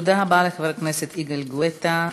תודה רבה לחבר הכנסת יגאל גואטה.